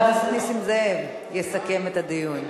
חבר הכנסת נסים זאב יסכם את הדיון.